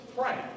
pray